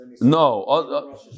no